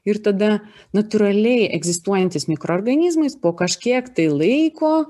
ir tada natūraliai egzistuojantys mikroorganizmais po kažkiek laiko